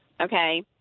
okay